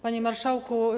Panie Marszałku!